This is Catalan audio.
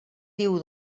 diu